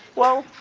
well,